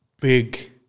big